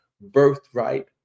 birthright